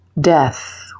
Death